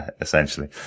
essentially